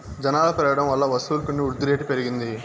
జనాలు పెరగడం వల్ల వస్తువులు కొని వృద్ధిరేటు పెరిగింది